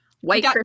White